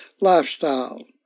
lifestyle